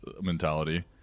mentality